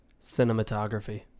Cinematography